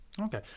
Okay